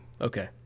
Okay